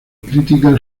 críticas